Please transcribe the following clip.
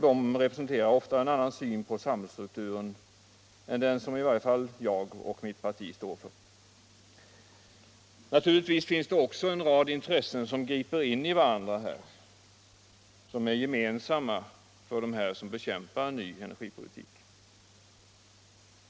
De representerar ofta en annan syn på samhällsstrukturen än den som i varje fall jag och mitt parti står för. Givetvis finns det också en rad intressen som griper in i varandra, som är gemensamma för dem som bekämpar en ny energipolitik.